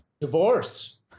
Divorce